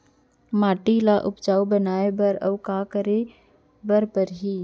माटी ल उपजाऊ बनाए बर अऊ का करे बर परही?